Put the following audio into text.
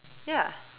ya